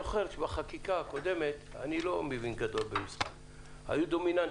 אבל אני זוכר שבחקיקה הקודמת פיליפ מוריס היו דומיננטיים.